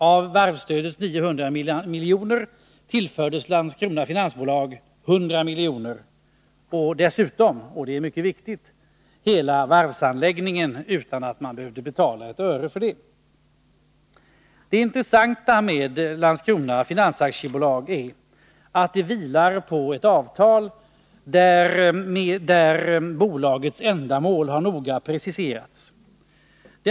Av varvsstödets 900 milj.kr. tillfördes Landskrona Finans AB 100 miljoner och dessutom — det är mycket viktigt — hela varvsanläggningen, utan att man behövde betala ett öre för den. Det intressanta med Landskrona Finans AB är att det vilar på ett avtal där bolagets ändamål har noga preciserats.